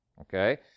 okay